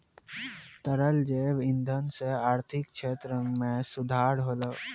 तरल जैव इंधन सँ आर्थिक क्षेत्र में सुधार होलै